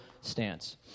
stance